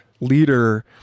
leader